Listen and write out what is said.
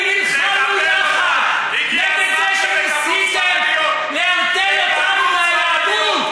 ככה אתה מדבר על ילדים?